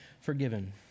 forgiven